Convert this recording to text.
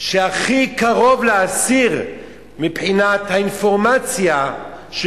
שהכי קרוב לאסיר מבחינת האינפורמציה שהוא